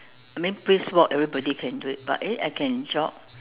maybe brisk walk everybody can do it but eh I can jog